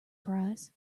price